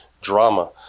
drama